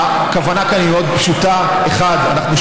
הכוונה כאן מאוד פשוטה: אנחנו רוצים,